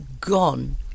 gone